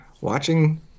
watching